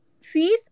Fees